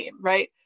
Right